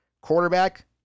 quarterback